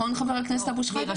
נכון חבר הכנסת אבו שחאדה?